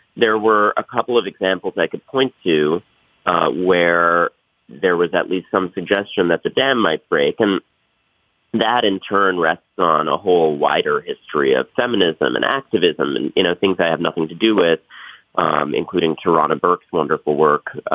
there were a couple of examples i could point to where there was at least some suggestion that the dam might break and that in turn rests on a whole wider history of feminism and activism. you know things that have nothing to do with um including toronto burke's wonderful work.